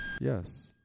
Yes